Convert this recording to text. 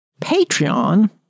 Patreon